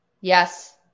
Yes